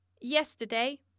yesterday